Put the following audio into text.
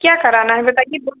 क्या कराना है बताइए बोल